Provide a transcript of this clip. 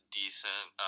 decent